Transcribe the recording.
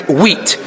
wheat